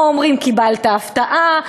או שאומרים "קיבלת הפתעה",